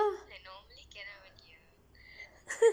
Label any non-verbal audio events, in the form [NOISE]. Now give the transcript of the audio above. [LAUGHS]